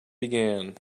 began